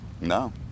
No